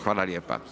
Hvala lijepa.